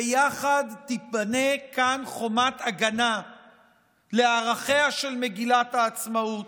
ויחד תיבנה כאן חומת הגנה לערכיה של מגילת העצמאות,